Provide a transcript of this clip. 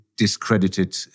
discredited